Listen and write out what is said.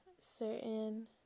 certain